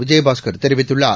விஜயபாஸ்கர் தெரிவித்துள்ளார்